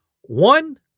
one